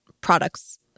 products